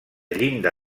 llinda